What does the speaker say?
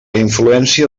influència